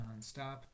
nonstop